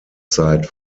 zeit